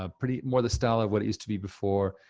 ah pretty, more the style of what it used to be before,